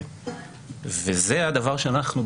וזה הדבר שאנחנו,